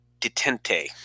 Detente